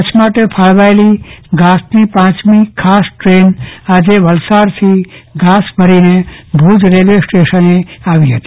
કચ્છ માટે ફાળવાયેલી ઘાસની પાંચમી ખાસ ટ્રેન આજે વલસાડથી ઘાસ ભરીને ભુજ રેલ્વે સ્ટેશને આવી હતી